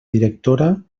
directora